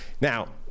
Now